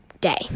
day